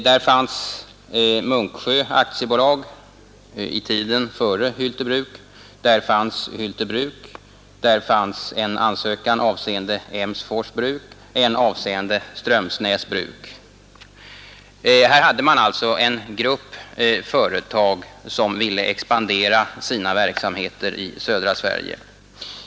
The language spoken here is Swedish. Där fanns Munksjö AB, i tiden före Hylte Bruk, där fanns Hylte Bruk, där fanns en ansökan avseende Emsfors Bruk och en avseende Strömsnäs Bruk. Här hade man alltså en grupp företag som ville expandera sina verksamheter i södra Sverige.